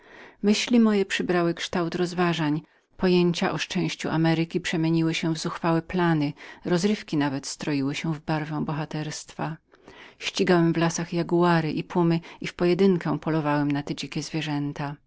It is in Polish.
marzenia moje stały się rozmyślaniami pojęcia o szczęściu ameryki przybrały kształt szalonych zamiarów rozrywki nawet stroiły się w barwę bohaterstwa ścigałem w lasach jaguary i pumy i sam godziłem na te dzikie zwierzęta